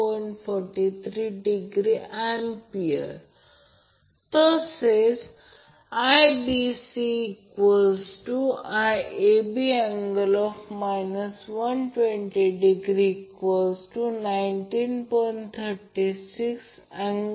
जर source 20 angle 40o ∆इतका impedance असलेल्या लोडशी कनेक्टेड असेल तर आपल्याला abc अनुक्रम गृहीत धरून फेज आणि लाईन करंट शोधावे लागेल